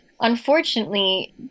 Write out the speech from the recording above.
Unfortunately